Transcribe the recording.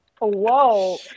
Whoa